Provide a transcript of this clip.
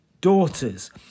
daughters